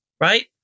right